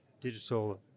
digital